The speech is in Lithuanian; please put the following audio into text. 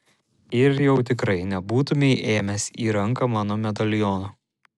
ir jau tikrai nebūtumei ėmęs į ranką mano medaliono